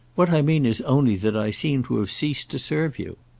what i mean is only that i seem to have ceased to serve you.